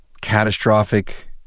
catastrophic